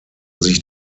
sich